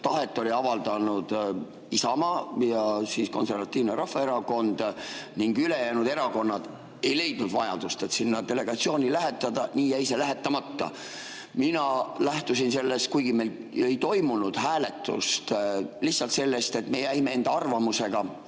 tahet olid avaldanud Isamaa ja Konservatiivne Rahvaerakond ning ülejäänud erakonnad ei leidnud vajadust sinna delegatsiooni lähetada, siis jäi see lähetus ära. Mina lähtusin, kuigi meil ei toimunud hääletust, lihtsalt sellest, et me jäime enda arvamusega